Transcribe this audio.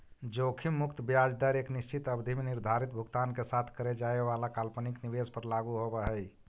जोखिम मुक्त ब्याज दर एक निश्चित अवधि में निर्धारित भुगतान के साथ करे जाए वाला काल्पनिक निवेश पर लागू होवऽ हई